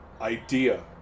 Idea